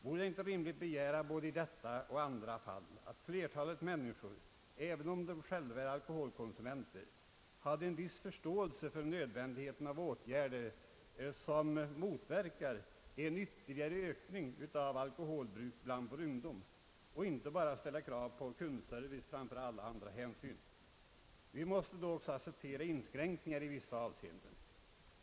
Vore det inte rimligt att begära, både i detta och andra fall, att flertalet människor även om de själva är alkoholkonsumenter hade en viss förståelse för nödvändigheten av åtgärder som motverkar en ytterligare ökning av alkoholbruk bland vår ungdom? Man skall inte bara ställa krav på kundservice framför alla andra hänsyn. Vi måste då också acceptera inskränkningar i vissa avseenden.